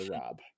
rob